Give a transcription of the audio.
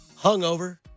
hungover